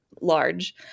large